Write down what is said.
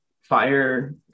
fire